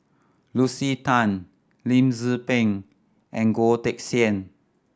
Lucy Tan Lim Tze Peng and Goh Teck Sian